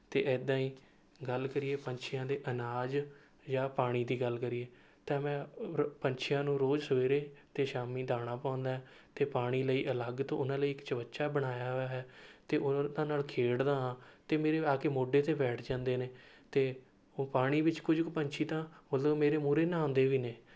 ਤਾਂ ਇੱਦਾਂ ਹੀ ਗੱਲ ਕਰੀਏ ਪੰਛੀਆਂ ਦੇ ਅਨਾਜ ਜਾਂ ਪਾਣੀ ਦੀ ਗੱਲ ਕਰੀਏ ਤਾਂ ਮੈਂ ਰ ਪੰਛੀਆਂ ਨੂੰ ਰੋਜ਼ ਸਵੇਰੇ ਤੇ ਸ਼ਾਮੀ ਦਾਣਾ ਪਾਉਂਦਾ ਹੈ ਅਤੇ ਪਾਣੀ ਲਈ ਅਲੱਗ ਤੋਂ ਉਨ੍ਹਾਂ ਲਈ ਇੱਕ ਚਵੱਚਾ ਬਣਾਇਆ ਹੋਇਆ ਹੈ ਅਤੇ ਉਨ੍ਹਾਂ ਨਾਲ ਖੇਡਦਾ ਹਾਂ ਅਤੇ ਮੇਰੇ ਆ ਕੇ ਮੋਢੇ ਤੇ ਬੈਠ ਜਾਂਦੇ ਨੇ ਅਤੇ ਪਾਣੀ ਵਿੱਚ ਕੁਝ ਕੇ ਪੰਛੀ ਤਾਂ ਮਤਲਬ ਮੇਰੇ ਮੁਹਰੇ ਨਹਾਉਂਦੇ ਵੀ ਨੇ